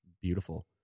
beautiful